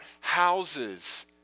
houses